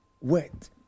wet